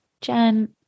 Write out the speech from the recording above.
Jen